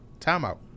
Timeout